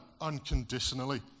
unconditionally